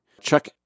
Chuck